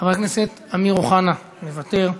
חבר הכנסת אמיר אוחנה, מוותר.